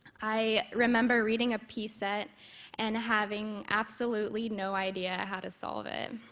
i remember reading a piece set and having absolutely no idea how to solve it.